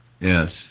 Yes